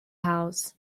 house